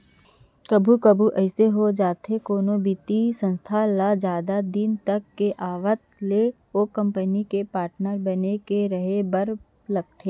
कभू कभू अइसे हो जाथे कोनो बित्तीय संस्था ल जादा दिन तक के आवत ले ओ कंपनी के पाटनर बन के रहें बर लगथे